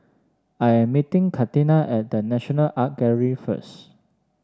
I am meeting Catina at The National Art Gallery first